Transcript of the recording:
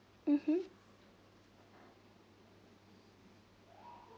mmhmm